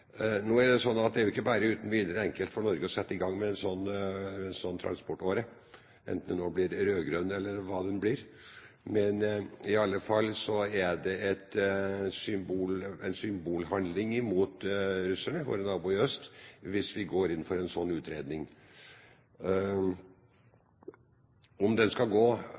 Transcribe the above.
Nå er det ikke bare uten videre enkelt for Norge å sette i gang med en slik transportåre – enten den blir rød-grønn, eller hva den nå blir – men i alle fall er det en symbolhandling overfor russerne, våre naboer i øst, hvis vi går inn for en slik utredning. Om den skal gå